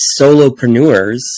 solopreneurs